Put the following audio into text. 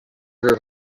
her